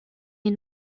die